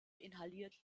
inhaliert